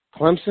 Clemson